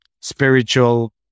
spiritual